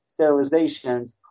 sterilizations